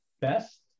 best